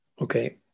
okay